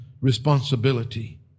responsibility